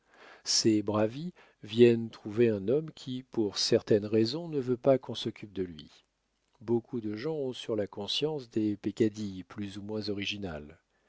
ces bravi viennent trouver un homme qui pour certaines raisons ne veut pas qu'on s'occupe de lui beaucoup de gens ont sur la conscience des peccadilles plus ou moins originales